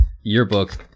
yearbook